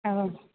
औ